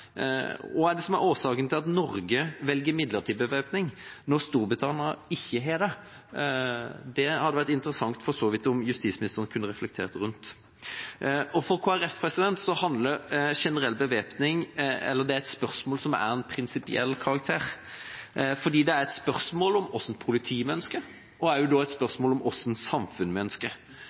Hva er det som er årsaken til at Norge velger midlertidig bevæpning når Storbritannia ikke har det? Det hadde vært interessant om justisministeren kunne reflektert rundt det. For Kristelig Folkeparti er generell bevæpning et spørsmål som er av en prinsipiell karakter, fordi det er et spørsmål om hva slags politi vi ønsker, og om hvilket samfunn vi ønsker. Vi har nettopp fått til et